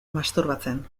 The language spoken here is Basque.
masturbatzen